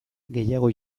gehiago